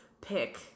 pick